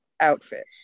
outfit